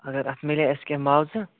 اگر اَتھ میلہِ ہہ اَسہِ کیٚنٛہہ معاوضہ